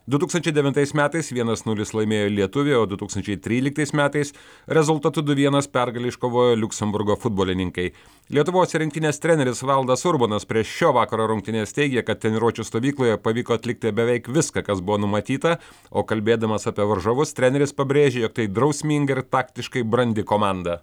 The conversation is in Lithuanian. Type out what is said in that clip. du tūkstančiai devintais metais vienas nulis laimėjo lietuviai o du tūkstančiai tryliktais metais rezultatu du vienas pergalę iškovojo liuksemburgo futbolininkai lietuvos rinktinės treneris valdas urbonas prieš šio vakaro rungtynes teigė kad treniruočių stovykloje pavyko atlikti beveik viską kas buvo numatyta o kalbėdamas apie varžovus treneris pabrėžė jog tai drausminga ir taktiškai brandi komanda